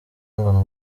ngo